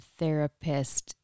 therapist